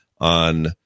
on